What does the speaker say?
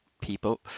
People